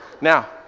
now